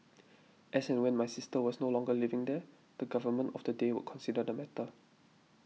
as and when my sister was no longer living there the Government of the day would consider the matter